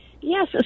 Yes